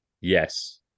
Yes